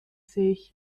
sich